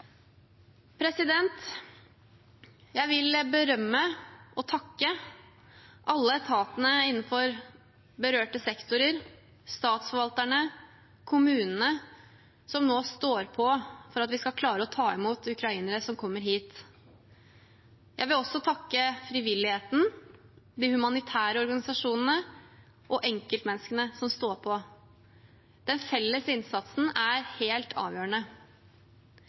Jeg vil berømme og takke alle etatene innenfor berørte sektorer, statsforvalterne og kommunene som nå står på for at vi skal klare å ta imot ukrainere som kommer hit. Jeg vil også takke frivilligheten, de humanitære organisasjonene og enkeltmenneskene som står på. Den felles innsatsen er helt avgjørende.